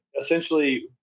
essentially